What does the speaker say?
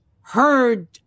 heard